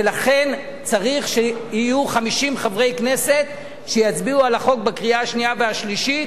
ולכן צריך שיהיו 50 חברי כנסת שיצביעו בעד החוק בקריאה השנייה והשלישית.